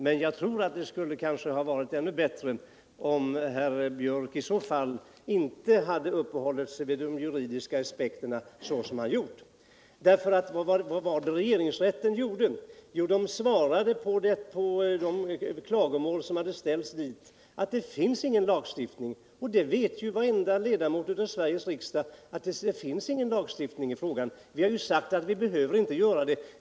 Men jag tror att det skulle ha varit ännu bättre om herr Biörck i så fall inte hade uppehållit sig vid de juridiska aspekterna såsom han gjort. Vad var det nämligen regeringsrätten gjorde? Man svarade på de klagomål som hade ställts dit över att det inte finns någon lagstiftning. Och det vet ju varenda ledamot i Sveriges riksdag — det finns ingen lagstiftning i frågan. Vi har sagt att vi inte behöver lagstifta.